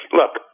look